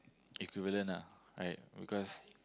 equivalent ah right because